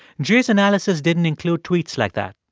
jay's analysis didn't include tweets like that,